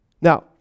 now